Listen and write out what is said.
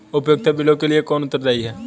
उपयोगिता बिलों के लिए कौन उत्तरदायी है?